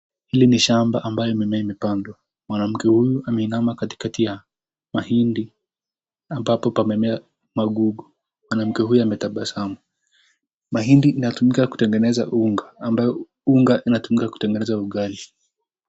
Hili ni shamba ambayo mimea imepandwa, mwanamke huyu ameinama katikati ya mahindi, Ampapo kamemea magugu mwanamke huyu ametabasamu mahindi inatumika kutengenezea unga inatumika kutengeneza ugali.